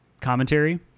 commentary